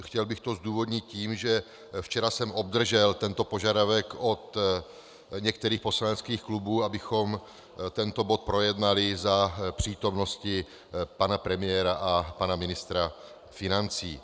Chtěl bych to zdůvodnit tím, že včera jsem obdržel tento požadavek od některých poslaneckých klubů, abychom tento bod projednali za přítomnosti pana premiéra a pana ministra financí.